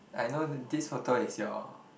I know this photo is your